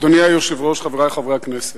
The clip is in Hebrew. אדוני היושב-ראש, חברי חברי הכנסת,